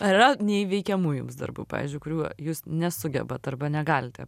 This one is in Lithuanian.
ar yra neįveikiamų jums darbų pavyzdžiui kurių jūs nesugebat arba negalite